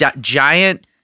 giant